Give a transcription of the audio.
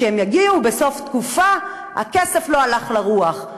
כשהם יגיעו, בסוף תקופה, הכסף לא הלך לרוח.